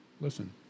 Listen